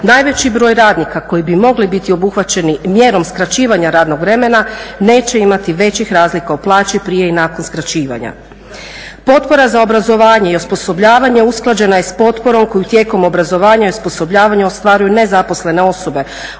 najveći broj radnika koji bi mogli biti obuhvaćeni mjerom skraćivanja radnog vremena neće imati većih razlika u plaći prije i nakon skraćivanja. Potpora za obrazovanje i osposobljavanje usklađena je s potporom koju tijekom obrazovanja i osposobljavanja ostvaruju nezaposlene osobe